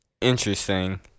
interesting